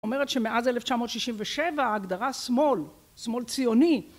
אומרת שמאז אלף תשע מאות שישים ושבע ההגדרה שמאל, שמאל ציוני